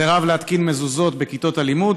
סירב להתקין מזוזות בכיתות הלימוד.